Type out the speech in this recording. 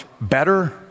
better